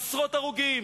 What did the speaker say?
עשרות הרוגים.